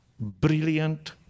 brilliant